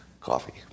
coffee